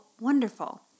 wonderful